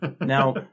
Now